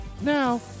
now